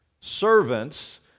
Servants